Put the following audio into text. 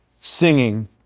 singing